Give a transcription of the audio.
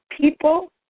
people